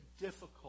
difficult